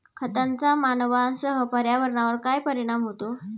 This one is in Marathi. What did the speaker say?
खतांचा मानवांसह पर्यावरणावर काय परिणाम होतो?